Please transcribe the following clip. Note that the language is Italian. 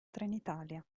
trenitalia